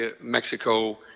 Mexico